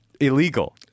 illegal